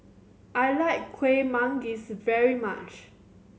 I like Kueh Manggis very much